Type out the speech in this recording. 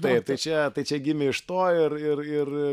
taip tai čia tai čia gimė iš to ir ir ir